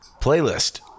playlist